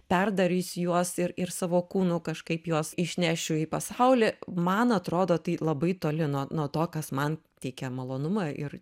perdarysiu juos ir ir savo kūnu kažkaip juos išnešiu į pasaulį man atrodo tai labai toli nuo nuo to kas man teikia malonumą ir